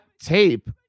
tape